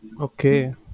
okay